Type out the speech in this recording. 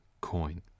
coin